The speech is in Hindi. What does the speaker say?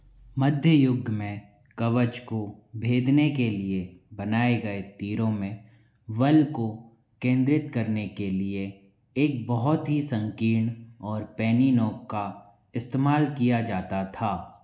मध्य युग में कवच को भेदने के लिए बनाए गए तीरों में बल को केंद्रित करने के लिए एक बहुत ही संकीर्ण और पैनी नोक का इस्तेमाल किया जाता था